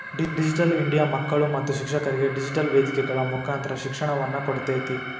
digital India ಮಕ್ಕಳು ಮತ್ತು ಶಿಕ್ಷಕರಿಗೆ ಡಿಜಿಟೆಲ್ ವೇದಿಕೆಗಳ ಮುಕಾಂತರ ಶಿಕ್ಷಣವನ್ನ ಕೊಡ್ತೇತಿ